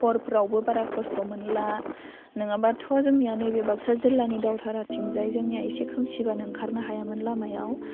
हरफ्रावबो बारा खस्थ' मोनला नङाबाथ' जोंनिया नैबे बाक्सा जिल्लानि दावथारा थिंजाय जोंनिया एसे खोमसिबानो ओंखारनो हायामोन लामायाव